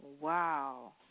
Wow